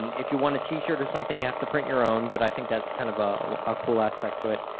if you want a t-shirt or something, you have to print your own. but i think that's kind of a cool aspect to it.